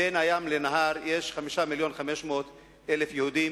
בין הים לנהר יש 5 מיליונים ו-500,000 יהודים,